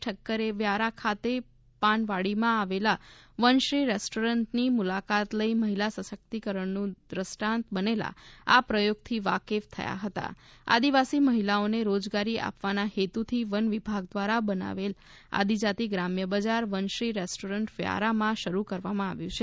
ઠક્કરે વ્યારા ખાતે પાનવાડીમાં આવેલા વનશ્રી રેસ્ટોરન્ટ ની મુલાકાત લઈ મહિલા સશક્તિકરણનું દ્રષ્ટાંત બનેલા આ પ્રયોગથી વાકેફ થયા હતા આદિવાસી મહિલાઓને રોજગારી આપવાના હેતુથી વન વિભાગ દ્વારા બનાવાયેલ આદિજાતી ગ્રામ્ય બજાર વનશ્રી રેસ્ટોરન્ટ વ્યારામાં શરૂ કરવામાં આવ્યું છે